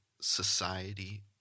society